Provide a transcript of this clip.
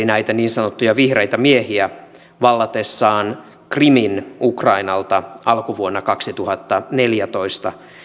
näitä niin sanottuja vihreitä miehiä vallatessaan krimin ukrainalta alkuvuonna kaksituhattaneljätoista